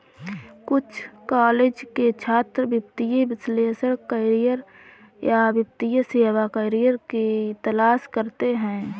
कुछ कॉलेज के छात्र वित्तीय विश्लेषक करियर या वित्तीय सेवा करियर की तलाश करते है